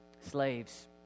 slaves